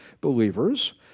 believers